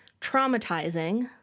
traumatizing